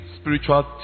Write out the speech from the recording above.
spiritual